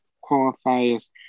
qualifies